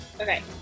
Okay